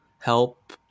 help